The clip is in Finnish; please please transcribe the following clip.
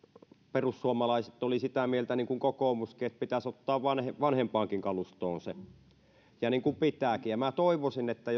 perussuomalaiset niin kuin kokoomuskin oli sitä mieltä että se pitäisi ottaa vanhempaankin kalustoon niin kuin pitääkin minä toivoisin että